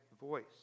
voice